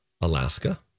Alaska